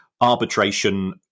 arbitration